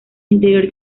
interior